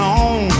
on